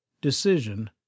Decision